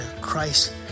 Christ